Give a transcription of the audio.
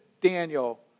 Daniel